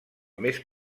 més